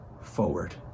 forward